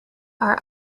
are